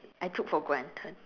I took for granted